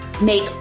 make